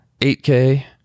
8k